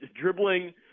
dribbling